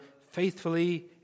faithfully